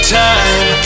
time